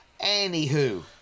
Anywho